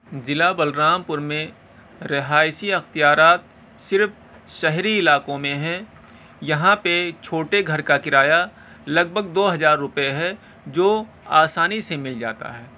ضلع بلرام پور میں رہائشی اختیارات صرف شہری علاقوں میں ہے یہاں پہ چھوٹے گھر کا کرایہ لگ بھگ دو ہزار روپئے ہے جو آسانی سے مل جاتا ہے